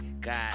god